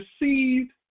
received